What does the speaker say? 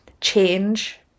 change